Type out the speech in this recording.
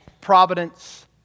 providence